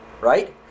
right